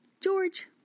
George